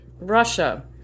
Russia